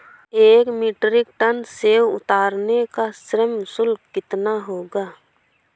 एक metric ton सेव उतारने का श्रम शुल्क कितना होगा?